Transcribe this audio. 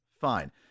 fine